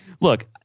look